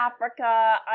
africa